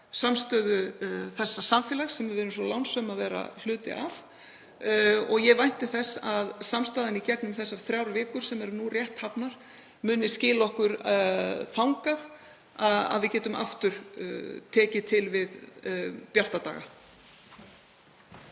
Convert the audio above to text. samstöðu þessa samfélags sem við erum svo lánsöm að vera hluti af. Ég vænti þess að samstaðan í gegnum þessar þrjár vikur sem eru nú rétt hafnar muni skila okkur þangað að við getum aftur tekið til við bjarta daga.